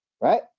right